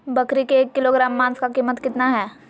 बकरी के एक किलोग्राम मांस का कीमत कितना है?